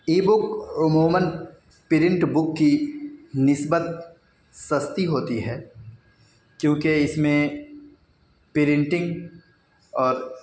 ای book عموماً print book کی نسبت سستی ہوتی ہے کیوںکہ اس میں پرنٹنگ اور